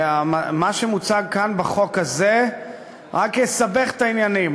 מה שמוצג כאן בחוק הזה רק יסבך את העניינים,